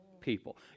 people